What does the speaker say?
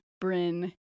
Bryn